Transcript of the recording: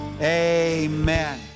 amen